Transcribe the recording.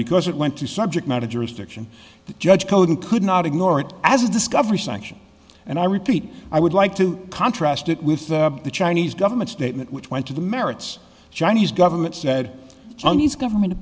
because it went to subject matter jurisdiction the judge hogan could not ignore it as a discovery sanction and i repeat i would like to contrast it with the chinese government statement which went to the merits chinese government said chinese government